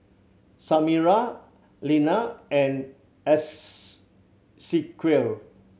Samira Lenna and Esequiel